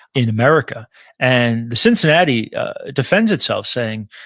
in america and the cincinnati defends itself, saying,